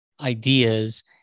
ideas